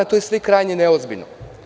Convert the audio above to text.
To je sve krajnje neozbiljno.